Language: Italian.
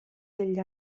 degli